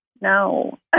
No